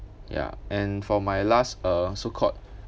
ya and for my last uh so called